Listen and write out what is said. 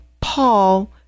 paul